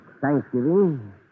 thanksgiving